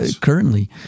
currently